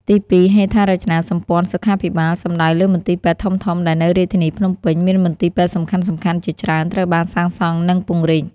ទីពីរ ហេដ្ឋារចនាសម្ព័ន្ធសុខាភិបាល សំដៅលើមន្ទីរពេទ្យធំៗដែលនៅរាជធានីភ្នំពេញ មានមន្ទីរពេទ្យសំខាន់ៗជាច្រើនត្រូវបានសាងសង់ និងពង្រីក។